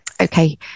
Okay